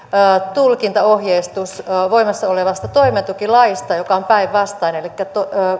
tulkintaohjeistus voimassa olevasta toimeentulotukilaista joka on päinvastainen elikkä että lukio